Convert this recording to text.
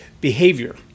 behavior